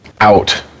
out